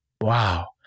Wow